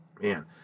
Man